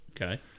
okay